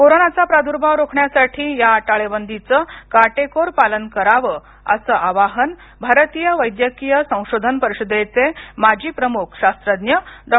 कोरोनाचा प्रादुर्भाव रोखण्यासाठी या टाळेबंदीचं काटेकोर पालन करावं असं आवाहन भारतीय वैद्यकीय संशोधन परिषदेचे माजी प्रमुख शास्त्रज्ञ डॉ